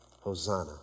Hosanna